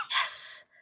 Yes